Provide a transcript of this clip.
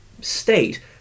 state